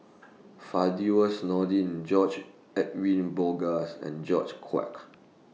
Firdaus Nordin George Edwin Bogaars and George Quek